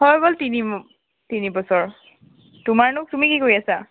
হৈ গ'ল তিনি ব তিনি বছৰ তোমাৰনো তুমি কি কৰি আছা